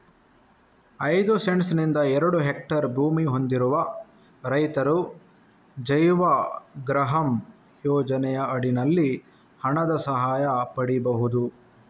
ಐದು ಸೆಂಟ್ಸ್ ನಿಂದ ಎರಡು ಹೆಕ್ಟೇರ್ ಭೂಮಿ ಹೊಂದಿರುವ ರೈತರು ಜೈವಗೃಹಂ ಯೋಜನೆಯ ಅಡಿನಲ್ಲಿ ಹಣದ ಸಹಾಯ ಪಡೀಬಹುದು